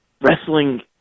wrestling